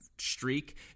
streak